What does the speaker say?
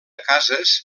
cases